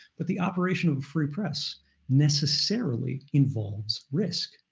but the operation of a free press necessarily involves risk.